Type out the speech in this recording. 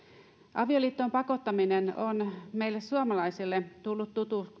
avioliittoon pakottaminen on meille suomalaisille tullut